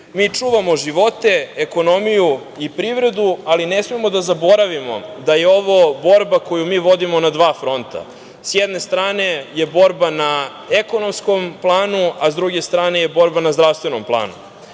Mi čuvamo živote, ekonomiju i privredu, ali ne smemo da zaboravimo da je ovo borba koju mi vodimo na dva fronta. S jedne strane je borba na ekonomskom planu, a s druge strane je borba na zdravstvenom planu. Kada